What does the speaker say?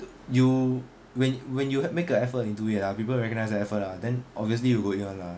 you when when you make a effort to do it ah people recognize the effort ah then obviously you'll go in [one] lah